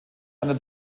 einer